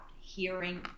hearing